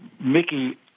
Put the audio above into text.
Mickey